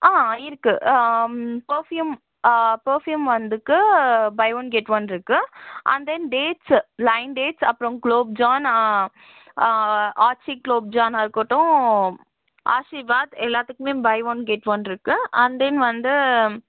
ஆ இருக்குது perfume perfume வந்துருக்கு buy one get one இருக்குது and then dates lion dates அப்புறம் குலோப்ஜான் ஆச்சு குலோப்ஜானா இருக்கட்டும் ஆசீர்வாத் எல்லாத்துக்குமே பை ஒன் கெட் ஒன் இருக்குது அண்ட் தென் வந்து